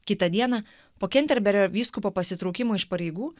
kitą dieną po kenterberio vyskupo pasitraukimo iš pareigų